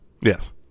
Yes